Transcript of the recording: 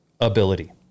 ability